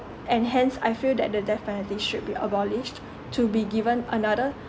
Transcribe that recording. and hence I feel that the death penalty should be abolished to be given another